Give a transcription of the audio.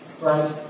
right